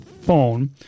phone